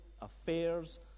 affairs